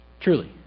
truly